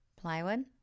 Plywood